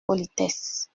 politesse